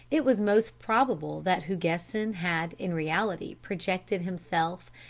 it was most probable that hugesson had in reality projected himself,